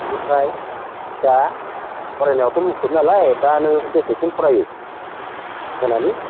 बेनिफ्राय दा फरायनायावथ' मुखुब नालाय दा नों बेसेसिम फरायो मोनानि